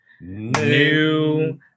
new